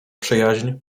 przyjaźń